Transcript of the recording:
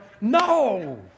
No